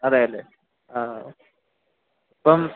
അതെയല്ലേ ആ അപ്പം